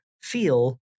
feel